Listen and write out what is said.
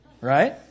Right